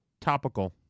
topical